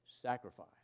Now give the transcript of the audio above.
sacrifice